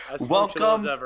welcome